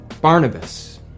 Barnabas